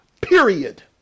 period